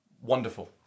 Wonderful